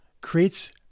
creates